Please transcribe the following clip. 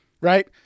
right